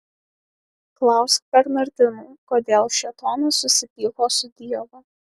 klausk bernardinų kodėl šėtonas susipyko su dievu